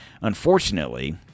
unfortunately